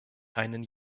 einen